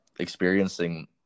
experiencing